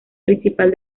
principal